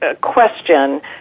question